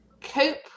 cope